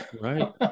Right